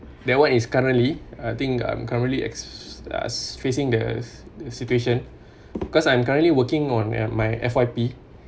that one is currently I think I'm currently uh facing the the situation because I'm currently working on my F_Y_P